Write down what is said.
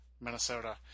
Minnesota